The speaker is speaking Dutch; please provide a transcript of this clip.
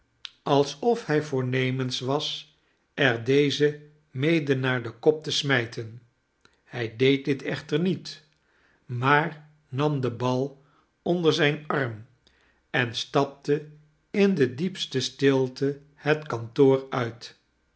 alsof hij voornemens was er dezen mede naar den kop te smijten hij deed dit echter niet maar nam den bal onder zijn arm en stapte in de diepste stilte het kantoor uit